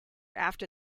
after